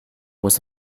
was